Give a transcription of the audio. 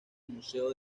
museo